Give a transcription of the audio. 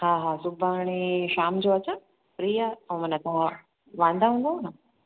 हा हा सुभाणे शाम जो अचां फ्री आहियो ऐं माने तव्हां वांदा हूंदव न